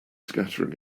scattering